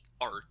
art